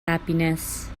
happiness